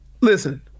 listen